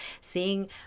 seeing